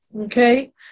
okay